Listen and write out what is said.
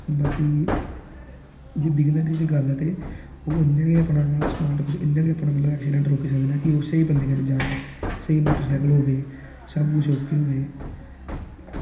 ते बाकी जे डिग्गनै दी गै गल्ल ऐ ते ओह् होंदे कि इंया गै अपने अपने एक्सीडेंट रोकी सकदे की एह् स्हेई बंदा जाने स्हेई मोटरसैकल होवै सबकुछ ओके होऐ